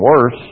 worse